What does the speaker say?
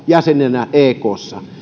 jäsenenä ekssa